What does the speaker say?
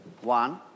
One